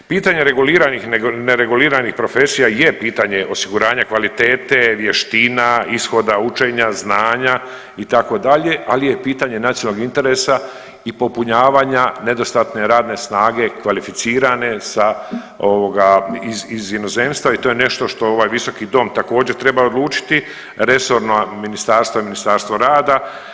Pitanje reguliranih, nereguliranih profesija je pitanje osiguranja kvalitete, vještina, ishoda učenja, znanja itd., ali je pitanje nacionalnog interesa i popunjavanja nedostatne radne snage, kvalificirane sa ovoga iz inozemstva i to je nešto što ovaj visoki dom također treba odlučiti, resorna ministarstva i Ministarstvo rada.